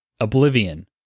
Oblivion